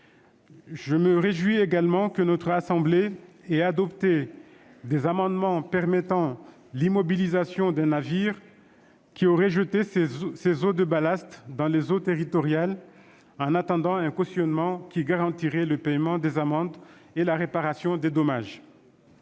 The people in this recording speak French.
Je me réjouis également que notre assemblée ait adopté des amendements permettant l'immobilisation d'un navire qui aurait jeté ses eaux de ballast dans les eaux territoriales, en attendant un cautionnement qui garantirait le paiement des amendes et la réparation des dommages.